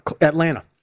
Atlanta